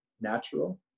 natural